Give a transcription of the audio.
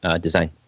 design